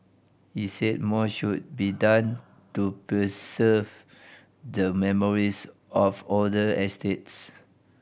he said more should be done to preserve the memories of older estates